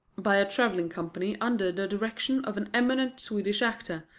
by a travelling company under the direction of an eminent swedish actor,